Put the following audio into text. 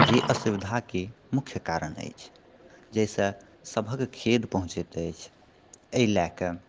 जे असुविधाके मुख्य कारण अछि जेहिसँ सभक खेद पहुँचैत अछि एहि लए कऽ